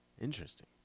Interesting